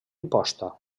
imposta